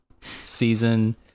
season